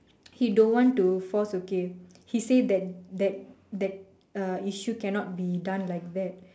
he don't want to force okay he say that that that uh issue cannot be done like that